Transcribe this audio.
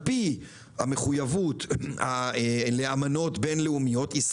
על פי המחויבות לאמנות בין לאומיות,